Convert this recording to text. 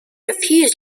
refused